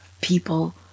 people